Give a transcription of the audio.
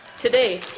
Today